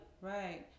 Right